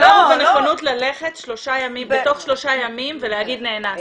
הפער הוא בנכונות ללכת בתוך שלושה ימים ולהגיד "נאנסתי".